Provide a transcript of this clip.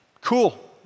Cool